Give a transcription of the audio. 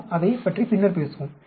நாம் அதைப் பற்றி பின்னர் பேசுவோம்